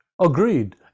agreed